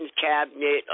cabinet